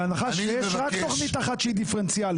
בנחה שיש רק תוכנית אחת שהיא דיפרנציאלית,